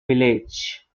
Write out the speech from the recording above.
village